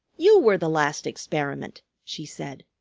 you were the last experiment, she said.